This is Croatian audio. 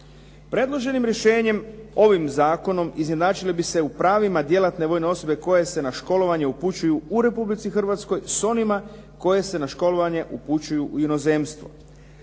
Predloženim rješenjem ovim zakonom izjednačili bi se u pravima djelatne vojne osobe koje se na školovanje upućuju u Republici Hrvatskoj s onima koje se na školovanje upućuju u inozemstvo.